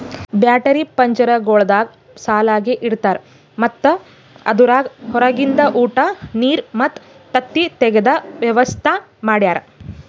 battery ಪಂಜರಗೊಳ್ದಾಗ್ ಸಾಲಾಗಿ ಇಡ್ತಾರ್ ಮತ್ತ ಅದುರಾಗ್ ಹೊರಗಿಂದ ಉಟ, ನೀರ್ ಮತ್ತ ತತ್ತಿ ತೆಗೆದ ವ್ಯವಸ್ತಾ ಮಾಡ್ಯಾರ